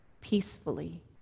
peacefully